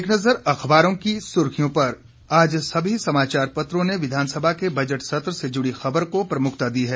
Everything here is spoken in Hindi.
एक नज़र अखबारों की सुर्खियों पर आज सभी समाचार पत्रों ने विधानसभा के बजट सत्र से जुड़ी खबर को प्रमुखता दी है